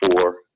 four